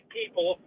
people –